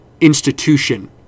institution